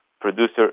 producer